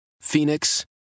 Phoenix